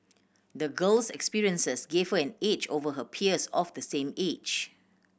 the girl's experiences gave her an edge over her peers of the same age